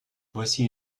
voici